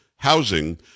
housing